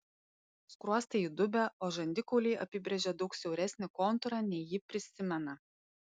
skruostai įdubę o žandikauliai apibrėžia daug siauresnį kontūrą nei ji prisimena